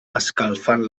escalfant